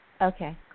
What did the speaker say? Okay